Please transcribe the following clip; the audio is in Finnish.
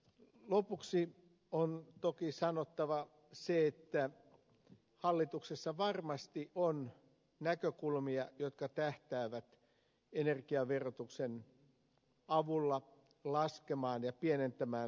lopuksi on toki sanottava se että hallituksessa varmasti on näkökulmia jotka tähtäävät energiaverotuksen avulla pienentämään suomen hiilidioksidipäästöjä